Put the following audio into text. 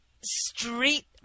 street